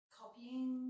copying